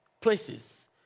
places